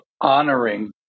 honoring